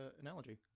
analogy